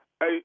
hey